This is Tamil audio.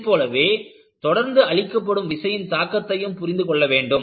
அதைப்போலவே தொடர்ந்து அளிக்கப்படும் விசையின் தாக்கத்தையும் புரிந்து கொள்ள வேண்டும்